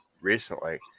recently